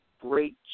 great